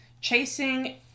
Chasing